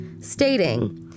stating